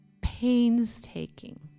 painstaking